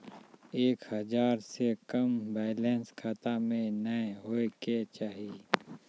एक हजार से कम बैलेंस खाता मे नैय होय के चाही